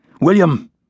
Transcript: William